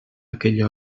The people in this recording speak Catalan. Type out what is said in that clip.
aquell